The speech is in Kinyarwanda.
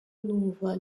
numva